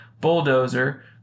bulldozer